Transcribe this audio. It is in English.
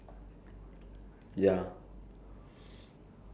I not too sure about that ah but if they kill him it will be good lah